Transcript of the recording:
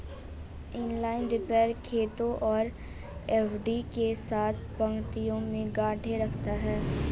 inline wrapper खेतों और यार्डों के साथ पंक्तियों में गांठें रखता है